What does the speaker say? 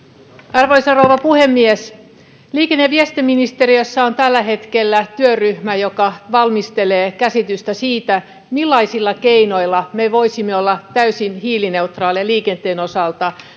arvoisa rouva puhemies liikenne ja viestintäministeriössä on tällä hetkellä työryhmä joka valmistelee käsitystä siitä millaisilla keinoilla me voisimme olla täysin hiilineutraaleja liikenteen osalta